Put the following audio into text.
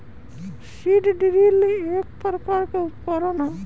seed drill एक प्रकार के उकरण ह